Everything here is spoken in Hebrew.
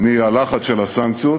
לצאת מהלחץ של הסנקציות.